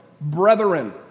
brethren